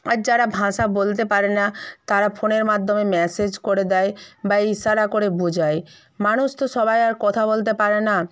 আর যারা ভাষা বলতে পারে না তারা ফোনের মাধ্যমে মেসেজ করে দেয় বা ইশারা করে বোঝায় মানুষ তো সবাই আর কথা বলতে পারে না